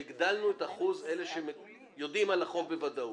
שהגדלנו את אחוז אלה שיודעים על החוב בוודאות.